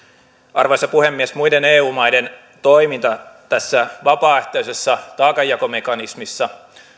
arvoisa puhemies muiden eu maiden toiminta tässä vapaaehtoisessa taakanjakomekanismissa